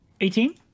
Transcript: Eighteen